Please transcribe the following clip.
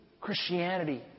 Christianity